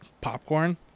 popcorn